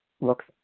looks